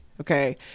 okay